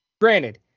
Granted